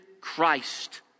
Christ